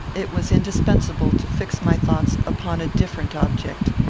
it was indispensable to fix my thoughts upon a different object,